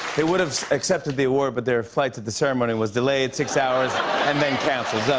they would have accepted the award, but their flight to the ceremony was delayed six hours and then canceled. ah,